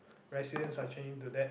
residents are changing to that